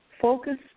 Focus